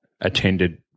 attended